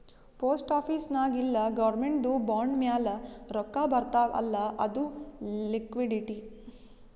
post office ನಾಗ್ ಇಲ್ಲ ಗೌರ್ಮೆಂಟ್ದು ಬಾಂಡ್ ಮ್ಯಾಲ ರೊಕ್ಕಾ ಬರ್ತಾವ್ ಅಲ್ಲ ಅದು ಲಿಕ್ವಿಡಿಟಿ